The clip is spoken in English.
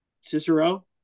Cicero